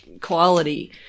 quality